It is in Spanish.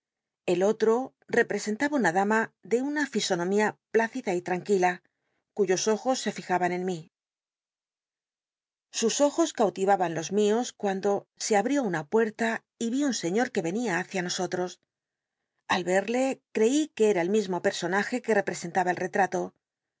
el otro reprc entaba una uama de una fisonomía plácida y tranquila cuyos ojos se lijaban en mí sus ojos cautiyaban los míos cuando se abrió una puerta y un señor que cnia hácia n o otros al rcl'lc crci que era el mismo pcrsonaje que rcl l'esenlaba el rctra